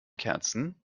kerzen